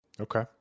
Okay